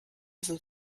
sind